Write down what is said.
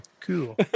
Cool